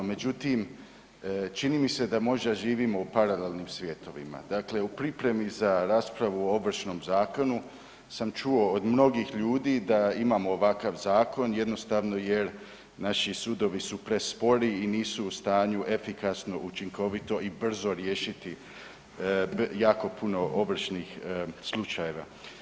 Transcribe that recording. Međutim čini mi se da možda živimo u paralelnim svjetovima, dakle u pripremi za raspravu o Ovršnom zakonu sam čuo od mnogih ljudi da imamo ovakav zakon jednostavno jer naši sudovi su prespori i nisu u stanju efikasno, učinkovito i brzo riješiti jako puno ovršnih slučajeva.